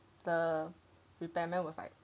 the repairman was like